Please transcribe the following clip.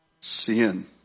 sin